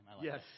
Yes